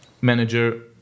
manager